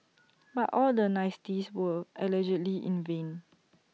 but all the niceties were allegedly in vain